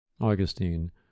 Augustine